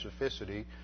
specificity